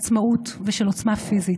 של עצמאות ושל עוצמה פיזית,